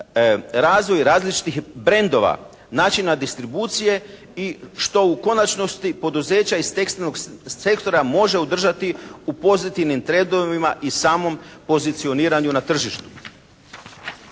razvoj različitih brandova, načina distribucije i što u konačnosti poduzeća iz tekstilnog sektora može održati u pozitivnim trendovima i samom pozicioniranju na tržištu.